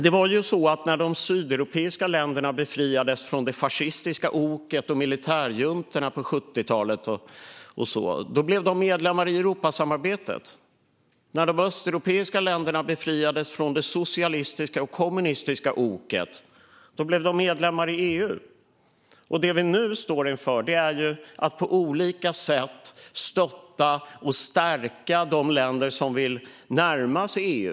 När de sydeuropeiska länderna befriades från det fascistiska oket och militärjuntorna på 70-talet blev de medlemmar i Europasamarbetet. När de östeuropeiska länderna befriades från det socialistiska och kommunistiska oket blev de medlemmar i EU. Det vi nu står inför är att på olika sätt stötta och stärka de länder som vill närma sig EU.